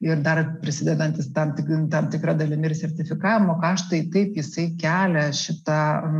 ir dar prisidedantys tam t tam tikra dalimi ir sertifikavimo karštai taip jisai kelia šitą